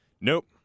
Nope